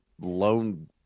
loan